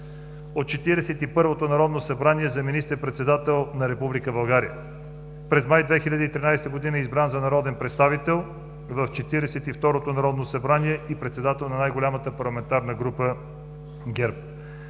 първото народно събрание за министър-председател на Република България. През май 2013 г. е избран за народен представител в Четиридесет и второто народно събрание и председател на най-голямата парламентарна група – ГЕРБ.